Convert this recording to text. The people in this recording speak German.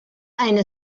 eine